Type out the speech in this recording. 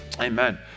Amen